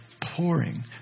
pouring